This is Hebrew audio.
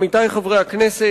עמיתי חברי הכנסת,